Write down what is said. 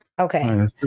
okay